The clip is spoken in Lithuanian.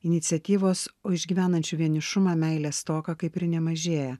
iniciatyvos o išgyvenančių vienišumą meilės stoką kaip ir nemažėja